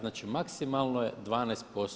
Znači maksimalno je 12%